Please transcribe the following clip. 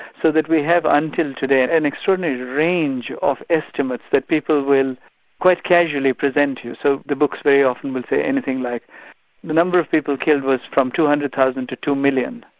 so that we have until today an extraordinary range of estimates that people will quite casually present you, so the books very often will say anything like the number of people killed was from two hundred thousand to two million.